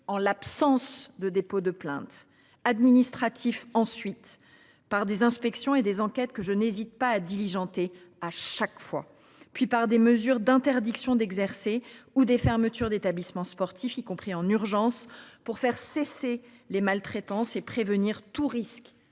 en l'absence de dépôt de plainte administratif ensuite par des inspections et des enquêtes que je n'hésite pas à diligenter à chaque fois puis par des mesures d'interdiction d'exercer ou des fermetures d'établissements sportifs y compris en urgence pour faire cesser les maltraitances et prévenir tout risque